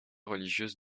religieuse